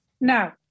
Now